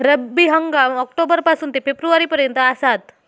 रब्बी हंगाम ऑक्टोबर पासून ते फेब्रुवारी पर्यंत आसात